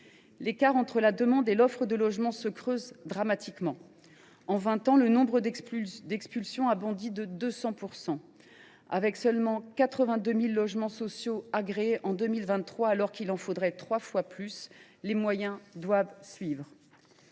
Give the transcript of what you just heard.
L’écart entre la demande et l’offre de logements se creuse pourtant dramatiquement : en vingt ans, le nombre d’expulsions a bondi de 200 %, mais seulement 82 000 logements sociaux ont été agréés en 2023 alors qu’il en faudrait trois fois plus. Les moyens doivent suivre.